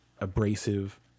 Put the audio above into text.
abrasive